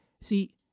See